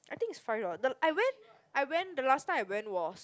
I think is five dollar the I went I went the last time I went was